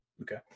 okay